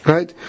Right